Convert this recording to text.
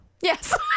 Yes